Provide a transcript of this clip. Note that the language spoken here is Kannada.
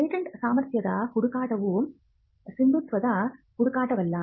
ಪೇಟೆಂಟ್ ಸಾಮರ್ಥ್ಯದ ಹುಡುಕಾಟವು ಸಿಂಧುತ್ವದ ಹುಡುಕಾಟವಲ್ಲ